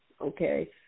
okay